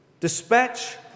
Dispatch